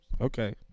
Okay